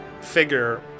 figure